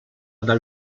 dal